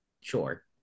Sure